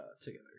together